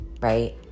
right